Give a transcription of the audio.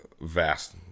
vast